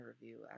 review